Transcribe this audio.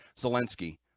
Zelensky